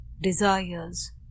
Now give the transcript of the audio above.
desires